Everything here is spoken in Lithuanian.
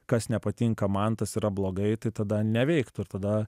kas nepatinka man tas yra blogai tai tada neveiktų ir tada